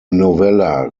novella